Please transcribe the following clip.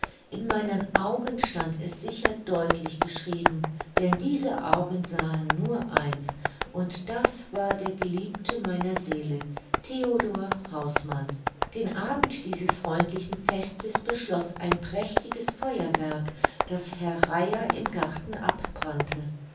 in meinen augen stand es sicher deutlich geschrieben denn diese augen sahen nur eins und das war der geliebte meiner seele theodor hausmann den abend dieses freundlichen festes beschloß ein prächtiges feuerwerk das herr reier im garten abbrannte